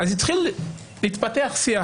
התחיל להתפתח שיח,